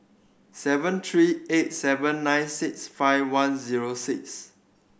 seven three eight seven nine six five one zero six